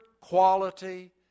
quality